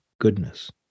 goodness